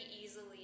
easily